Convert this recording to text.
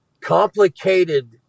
complicated